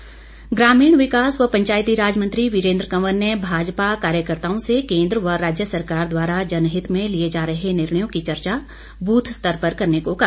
वीरेन्द्र कंवर ग्रामीण विकास व पंचायतीराज मंत्री वीरेन्द्र कंवर ने भाजपा कार्यकर्ताओं से केन्द्र व राज्य सरकार द्वारा जनहित में लिए जा रहे निर्णयों की चर्चा बूथ स्तर पर करने को कहा